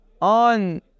On